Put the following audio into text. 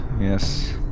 Yes